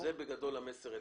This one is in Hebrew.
זה, בגדול, המסר אליכם.